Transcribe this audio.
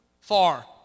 Far